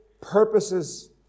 purposes